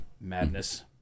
madness